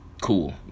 cool